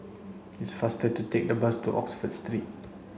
it's faster to take the bus to Oxford Street